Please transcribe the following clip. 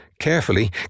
Carefully